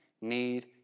need